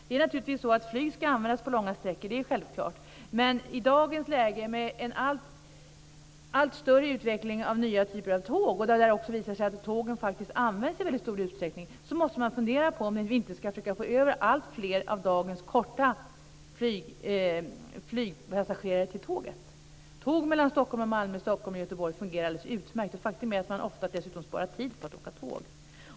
Det är självklart att flyg ska användas på långa sträckor, men i dagens läge med allt större utveckling av nya typer av tåg - det har också visat sig att tågen används i väldigt stor utsträckning - måste vi fundera på om vi inte kan försöka få över alltfler av dagens flygpassagerare som gör kortare resor till tåget. Tåg Stockholm-Malmö och Stockholm-Göteborg fungerar alldeles utmärkt. Faktum är att man dessutom sparar tid på att åka tåg.